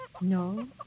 No